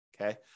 Okay